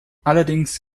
allerdings